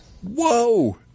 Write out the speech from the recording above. Whoa